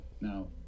now